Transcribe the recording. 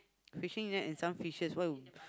fishing net and some fishes